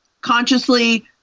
consciously